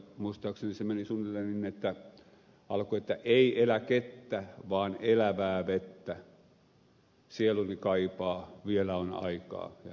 muistaakseni se meni suunnilleen niin alkoi että ei eläkettä vaan elävää vettä sieluni kaipaa vielä on aikaa jnp